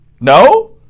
No